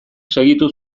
segitu